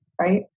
right